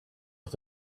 off